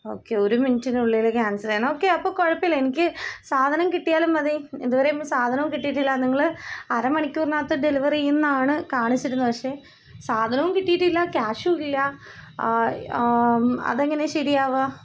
okay ഒരു മിനിറ്റിനുള്ളില് ക്യാൻസലേയണം ഓക്കെ അപ്പോള് കുഴപ്പമില്ല എനിക്ക് സാധനം കിട്ടിയാലും മതി ഇതുവരെയും സാധനവും കിട്ടിയിട്ടില്ല നിങ്ങള് അരമണിക്കൂറിനകത്ത് ഡെലിവറി ചെയ്യുമെന്നാണ് കാണിച്ചിരുന്നെ പക്ഷെ സാധനവും കിട്ടിയിട്ടില്ല ക്യാഷും ഇല്ല അതെങ്ങനെ ശരിയാവുക